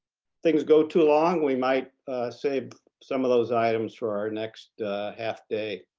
things go too long, we might save some of those items for our next half day.